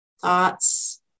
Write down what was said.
Thoughts